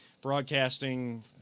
broadcasting